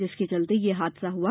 जिसके चलते यह हादसा हुआ